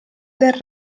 del